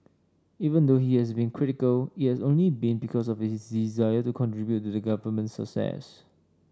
even though he has been critical it has only been because of his desire to contribute to the government's success